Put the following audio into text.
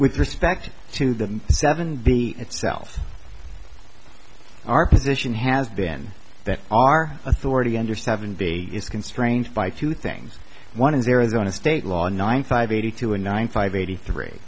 with respect to the seven b itself our position has been that our authority under seven b is constrained by two things one is arizona state law nine five eighty two and nine five eighty three